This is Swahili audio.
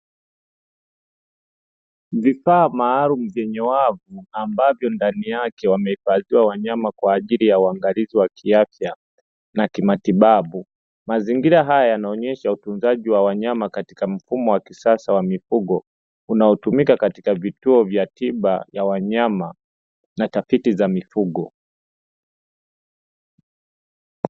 Vifaa maalum vyenye wavu, ambavyo ndani yake wamehifadhiwa wanyama kwa ajili ya uangalizi wa kiafya na kimatibabu, mazingira haya yanaonyesha utunzaji wa wanyama katika mfumo wa kisasa wa mifugo, unaotumika katika vituo vya tiba ya wanyama na tafiti za mifugo.